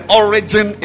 origin